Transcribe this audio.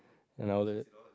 and I order it